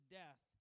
death